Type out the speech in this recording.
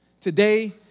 Today